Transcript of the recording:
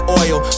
oil